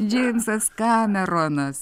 džeimsas kameronas